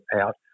out